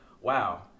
wow